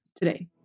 today